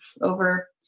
over